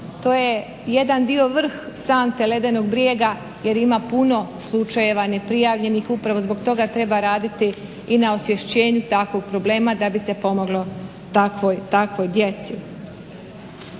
to je jedan dio, vrh sante ledenog brijega jer ima puno slučajeva neprijavljenih. Upravo zbog toga treba raditi i na osvještavanju takvog problema da bi se pomoglo takvoj djeci.